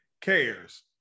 cares